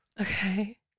Okay